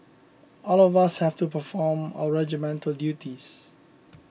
all of us have to perform our regimental duties